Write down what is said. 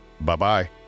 Bye-bye